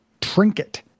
Trinket